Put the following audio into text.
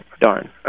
Darn